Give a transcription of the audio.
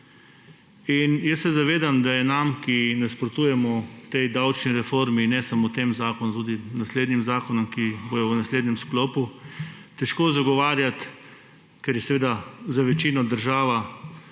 Jaz se zavedam, da je nam, ki nasprotujemo tej davčni reformi, ne samo temu zakonu, tudi naslednjim zakonom, ki bodo v naslednjem sklopu, težko zagovarjati – ker je seveda za večino država